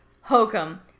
hokum